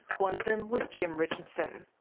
one of them was jim richardson.